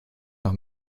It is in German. nach